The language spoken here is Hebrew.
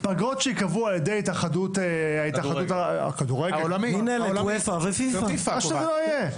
פגרות שייקבעו על ידי התאחדות הכדורגל או הכדורסל מה שזה לא יהיה.